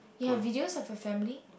you have videos of your family